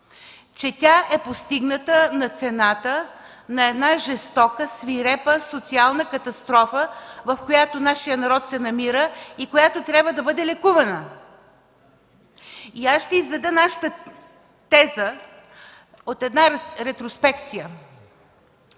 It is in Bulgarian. че тя е постигната на цената на една жестока, свирепа социална катастрофа, в която нашият народ се намира и която трябва да бъде лекувана. Аз ще изведа нашата теза от една рестроспекция.